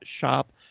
shop